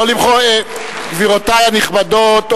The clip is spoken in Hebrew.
גבירותי הנכבדות,